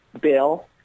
bill